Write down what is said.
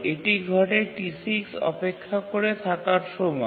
এটি ঘটে T6 অপেক্ষা করে থাকার সময়